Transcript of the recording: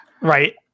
right